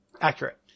Accurate